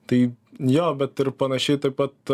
tai jo bet ir panašiai taip pat